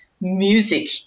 music